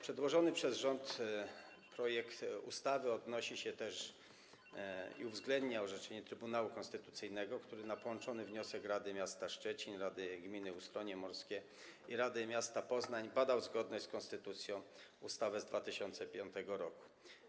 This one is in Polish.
Przedłożony przez rząd projekt ustawy uwzględnia też orzeczenie Trybunału Konstytucyjnego, który na połączony wniosek Rady Miasta Szczecin, Rady Gminy Ustronie Morskie i Rady Miasta Poznania badał zgodność z konstytucją ustawy z 2005 r.